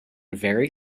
very